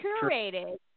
curated